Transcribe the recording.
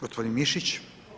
Gospodin Mišić.